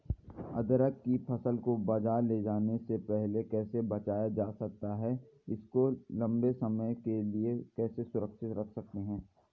अदरक की फसल को बाज़ार ले जाने से पहले कैसे बचाया जा सकता है और इसको लंबे समय के लिए कैसे सुरक्षित रख सकते हैं?